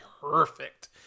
perfect